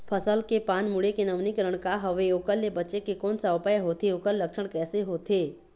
फसल के पान मुड़े के नवीनीकरण का हवे ओकर ले बचे के कोन सा उपाय होथे ओकर लक्षण कैसे होथे?